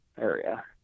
area